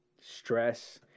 stress